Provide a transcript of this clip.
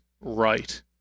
right